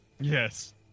Yes